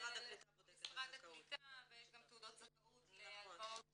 משרד הקליטה, ויש גם תעודות זכאות להלוואות